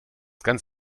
ganz